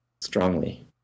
Strongly